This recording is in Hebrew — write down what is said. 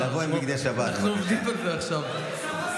אנחנו עובדים על זה עכשיו.